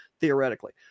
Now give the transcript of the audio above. theoretically